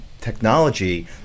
technology